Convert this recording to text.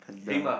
and uh